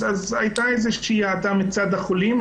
אז הייתה איזושהי האטה מצד החולים.